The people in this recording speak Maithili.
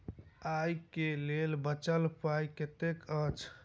आइ केँ लेल बचल पाय कतेक अछि?